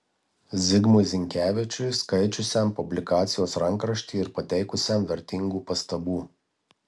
zigmui zinkevičiui skaičiusiam publikacijos rankraštį ir pateikusiam vertingų pastabų